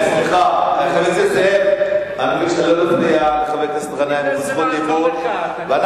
חבר הכנסת זאב, אני